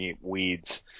weeds